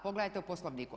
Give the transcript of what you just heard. Pogledajte u Poslovniku.